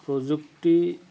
প্ৰযুক্তি